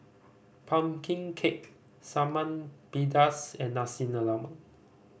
pumpkin cake pedas and Nasi Lemak